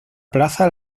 plaza